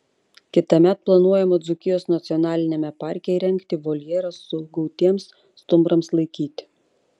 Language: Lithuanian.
kitąmet planuojama dzūkijos nacionaliniame parke įrengti voljerą sugautiems stumbrams laikyti